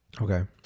Okay